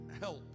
help